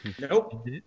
Nope